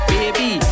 Baby